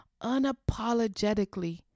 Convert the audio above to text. unapologetically